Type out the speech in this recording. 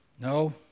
No